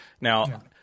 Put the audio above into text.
Now